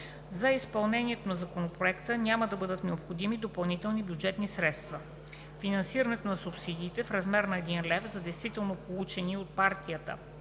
За изпълнението на Законопроекта няма да бъдат необходими допълнителни бюджетни средства. Фиксирането на субсидиите в размер 1 лв. за действително получения от партията